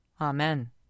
Amen